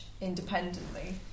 independently